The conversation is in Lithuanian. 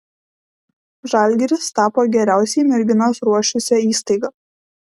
žalgiris tapo geriausiai merginas ruošusia įstaiga